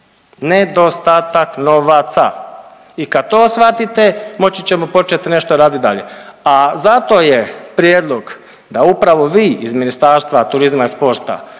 Nedostatak novaca. I kad to shvatite, moći ćemo početi nešto raditi dalje, a zato je prijedlog da upravo vi iz Ministarstva turizma i sporta